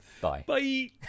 Bye